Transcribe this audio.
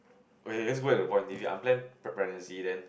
wait where's your point if you unplanned pregnancy then